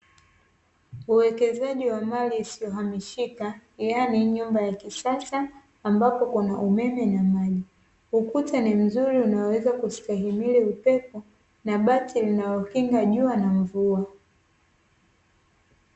Uwekezaji wa mali isiyo hamishika yaani nyumba ya kisasa ambapo kuna umeme na maji. Ukuta ni mzuri unaoweza kustahimili upepo na bati linalokinga jua na mvua.